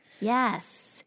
Yes